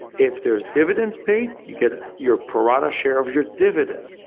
if there's dividends paid, you get your pro rata share of your dividend.